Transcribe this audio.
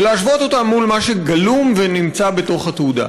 ולהשוות אותם מול מה שגלום ונמצא בתוך התעודה.